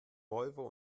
volvo